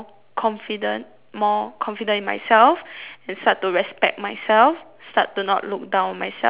more confident in myself and start to respect myself start to not look down on myself start to